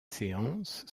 séances